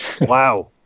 Wow